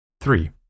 Three